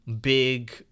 big